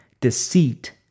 deceit